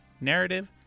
narrative